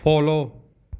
follow